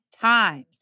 times